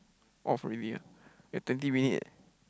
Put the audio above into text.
off already ah you have twenty minute